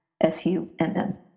S-U-M-M